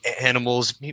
animals